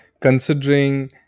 considering